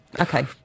Okay